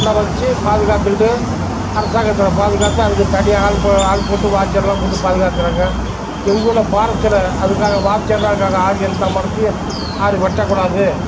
எல்லாம் வச்சு பாதுகாத்துக்கிட்டு அரசாங்கத்தில் பாதுகாத்து அதுக்குத் தனியாக ஆள் போ ஆள் போட்டு வாச்சர்லாம் போட்டு பாதுகாக்ககிறாங்க எங்கள் ஊரில் பாரஸ்ட்டில் அதுக்காக வாச்சர்லாம் இருக்காங்கள் யாரும் எந்த மரத்தையும் யாரும் வெட்டக்கூடாது